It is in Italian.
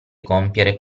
compiere